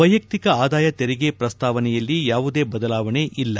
ವೈಯಕ್ತಿಕ ಆದಾಯ ತೆರಿಗೆ ಪ್ರಸ್ತಾವನೆಯಲ್ಲಿ ಯಾವುದೇ ಬದಲಾವಣೆ ಇಲ್ಲ